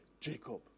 Jacob